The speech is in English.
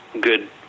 good